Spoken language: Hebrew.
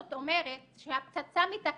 זאת אומרת שהפצצה מתקתקת,